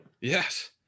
Yes